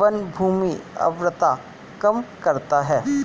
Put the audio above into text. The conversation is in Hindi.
वनभूमि उर्वरता कम करता है